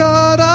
God